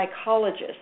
psychologist